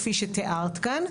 כפי שתיארת כאן.